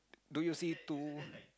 do you see two